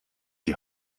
die